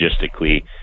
logistically